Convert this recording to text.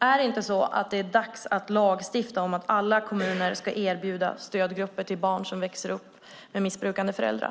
Är det inte dags att lagstifta om att alla kommuner ska erbjuda stödgrupper till barn som växer upp med missbrukande föräldrar?